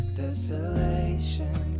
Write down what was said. desolation